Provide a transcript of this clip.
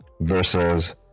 versus